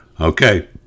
Okay